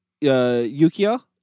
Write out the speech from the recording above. Yukio